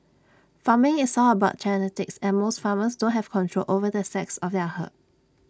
farming is all about genetics and most farmers don't have control over the sex of their herd